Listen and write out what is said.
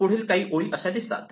पुढील काही ओळी अशा दिसतात